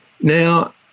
Now